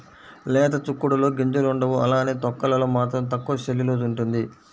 లేత చిక్కుడులో గింజలుండవు అలానే తొక్కలలో మాత్రం తక్కువ సెల్యులోస్ ఉంటుంది